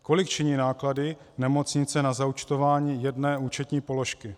Kolik činí náklady nemocnice na zaúčtování jedné účetní položky?